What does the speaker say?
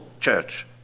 church